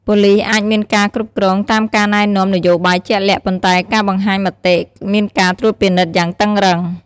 ប៉ូលីសអាចមានការគ្រប់គ្រងតាមការណែនាំនយោបាយជាក់លាក់ ប៉ុន្តែការបង្ហាញមតិមានការត្រួតពិនិត្យយ៉ាងតឹងរឹង។